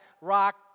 rock